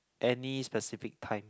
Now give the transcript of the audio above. any specific time